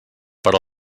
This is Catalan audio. per